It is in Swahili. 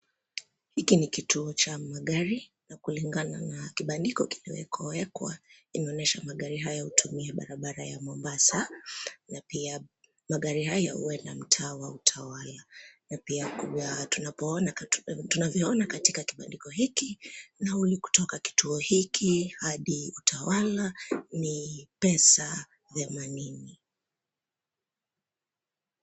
Hiki ni kituo cha magari na kulingana na kibandiko kilikowekwa inaonyesha magari hayo hutumia barabara ya Mombasa na pia magari haya huenda mtaa wa Utawala na pia tunavyoona katika kibandiko hiki, nauli kutoka kituo hiki hadi Utawala ni pesa themanini.